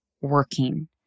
working